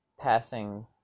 passing